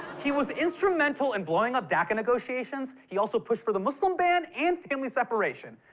he was instrumental in blowing up daca negotiations, he also pushed for the muslim ban and family separation.